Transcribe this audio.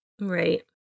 Right